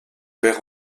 perd